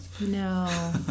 No